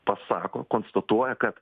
pasako konstatuoja kad